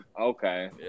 Okay